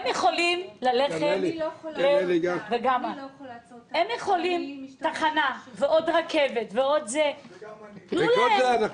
הם יכולים ללכת לתחנה ועוד רכבת ועוד --- במקום זה אנחנו